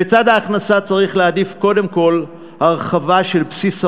בצד ההכנסה צריך להעדיף קודם כול הרחבה של בסיס המס,